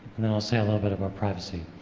and then i'll say a little bit about privacy.